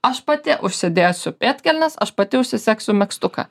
aš pati užsidėsiu pėdkelnes aš pati užsiseksiu megztuką